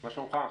מה שלומך?